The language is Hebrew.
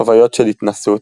חוויות של התנסות,